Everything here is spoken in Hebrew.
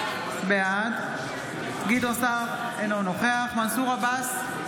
בעד גדעון סער, אינו נוכח מנסור עבאס,